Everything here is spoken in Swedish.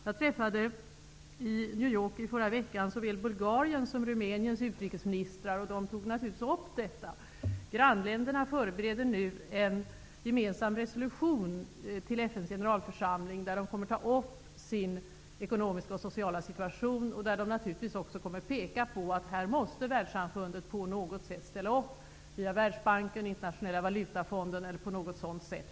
Jag träffade förra veckan i New York såväl Bulgariens som Rumäniens utrikesministrar, och de tog då naturligtvis upp detta. Grannländerna förbereder nu en gemensam resolution till FN:s generalförsamling, där deras ekonomiska och sociala situation tas upp. De kommer naturligtvis att peka på att Världssamfundet på något sätt måste ställa upp och hjälpa till via t.ex. Världsbanken och Internationella valutafonden. Detta är viktigt.